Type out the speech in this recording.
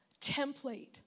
template